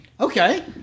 Okay